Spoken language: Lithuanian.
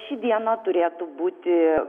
ši diena turėtų būti